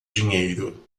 dinheiro